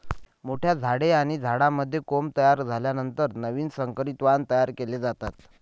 मोठ्या झाडे आणि झाडांमध्ये कोंब तयार झाल्यानंतर नवीन संकरित वाण तयार केले जातात